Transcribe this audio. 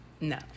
no